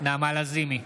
נעמה לזימי,